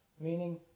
meaning